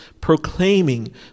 proclaiming